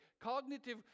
cognitive